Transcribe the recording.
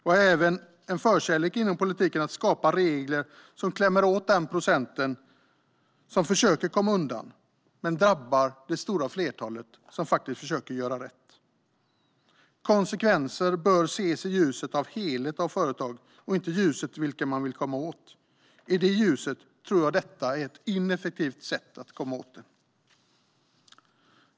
Vi har även en förkärlek inom politiken för att skapa regler som klämmer åt den procent som försöker komma undan men som drabbar det stora flertal som faktiskt försöker göra rätt. Konsekvenser bör ses i ljuset av helheten av företag och inte i ljuset av vilka man vill komma åt. I det ljuset tror jag att det här är ett ineffektivt sätt att komma åt detta.